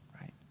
right